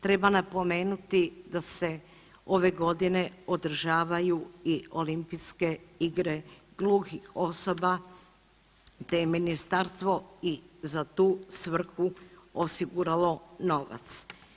Treba napomenuti da se ove godine održavaju i Olimpijske igre gluhih osoba te je ministarstvo i za tu svrhu osiguralo novac.